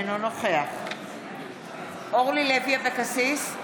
אינו נוכח אורלי לוי אבקסיס,